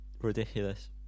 ridiculous